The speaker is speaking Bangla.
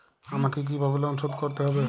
আমাকে কিভাবে লোন শোধ করতে হবে?